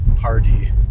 party